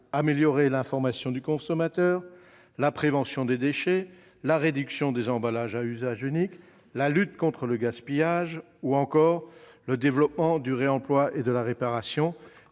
renforcer l'information du consommateur, la prévention des déchets, la réduction des emballages à usage unique, la lutte contre le gaspillage ou le développement du réemploi et de la réparation,